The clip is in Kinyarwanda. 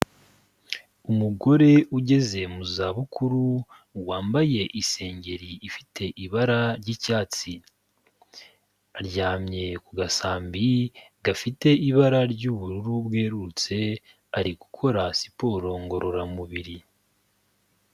Umugore ugeze mu zabukuru, wambaye isengeri ifite ibara ry'icyatsi. Aryamye ku gasambi gafite ibara ry'ubururu bwerurutse, ari gukora siporo ngororamubiri.